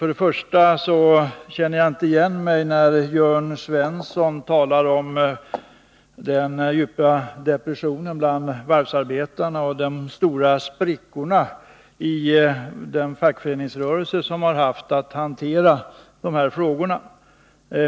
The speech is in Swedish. Först och främst känner jag inte igen mig när Jörn Svensson talar om den djupa depressionen bland varvsarbetarna och de stora sprickorna i den fackföreningsrörelse som haft att handlägga frågorna.